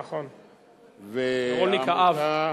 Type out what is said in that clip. נכון, רולניק האב.